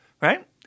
right